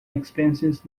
expenses